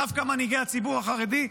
דווקא מנהיגי הציבור החרדי,